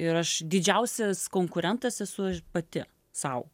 ir aš didžiausias konkurentas esu aš pati sau